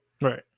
Right